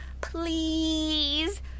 Please